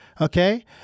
Okay